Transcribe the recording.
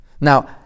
Now